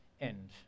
end